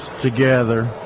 together